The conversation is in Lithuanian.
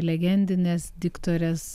legendinės diktorės